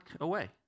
away